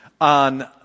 on